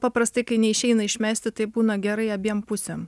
paprastai kai neišeina išmesti tai būna gerai abiem pusėm